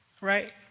Right